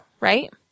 right